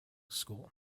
school